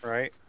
Right